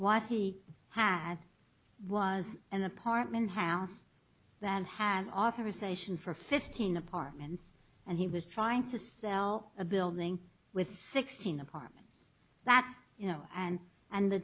what he had was an apartment house then hand authorization for fifteen apartments and he was trying to sell a building with sixteen apartments that you know and and the